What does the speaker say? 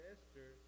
Esther